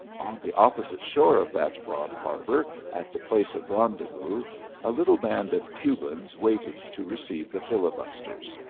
the opposite shore of that broad harbor at the place of rendezvous a little band of cubans waited to receive the filibusters.